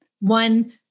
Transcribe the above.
one